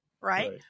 right